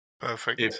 Perfect